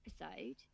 episode